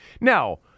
now